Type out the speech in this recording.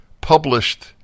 published